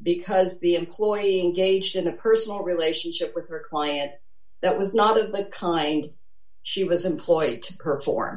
because the employee engagement a personal relationship with her client that was not of the kind she was employed to perform